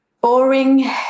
boring